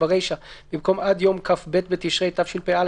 ברישא: במקום: עד יום כ"ב בתשרי תשפ"א,